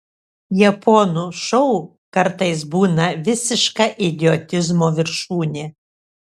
japonų šou kartais būna visiška idiotizmo viršūnė